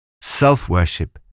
self-worship